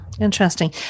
Interesting